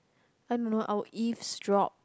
uh no no I would eavesdrop